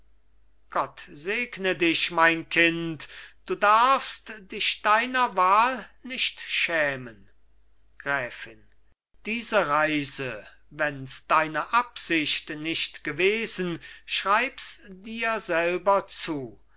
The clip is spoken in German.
gott segne dich mein kind du darfst dich deiner wahl nicht schämen gräfin diese reise wenns deine absicht nicht gewesen schreibs dir selber zu